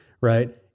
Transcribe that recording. right